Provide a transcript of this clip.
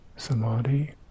samadhi